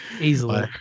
Easily